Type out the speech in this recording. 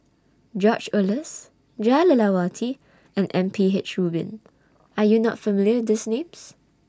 George Oehlers Jah Lelawati and M P H Rubin Are YOU not familiar with These Names